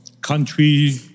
country